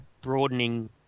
broadening